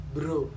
Bro